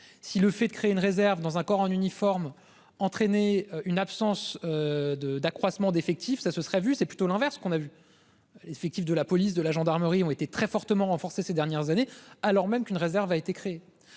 Si le fait de créer une réserve dans un corps en uniforme entraîner une absence. De d'accroissement d'effectifs, ça se serait vu c'est plutôt l'inverse qu'on a vu. Effectifs de la police de la gendarmerie ont été très fortement renforcé ces dernières années, alors même qu'une réserve a été créé